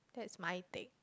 that's my thing